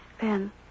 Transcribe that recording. Ben